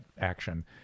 action